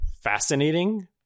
fascinating